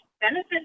benefit